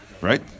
right